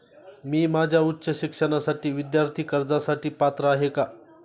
मी माझ्या उच्च शिक्षणासाठी विद्यार्थी कर्जासाठी पात्र आहे का?